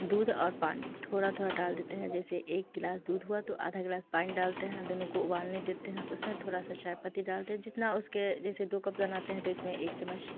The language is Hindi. दूध और पानी थोड़ा थोड़ा डाल देते हैं जैसे एक गिलास दूध हुआ तो आधा गिलास पानी डालते हैं दोनों को उबालने देते हैं उसमें थोड़ा सी चाय पत्ती डाल दें जितना उसके जैसे दो कप बनाते हैं तो इस में एक चम्मच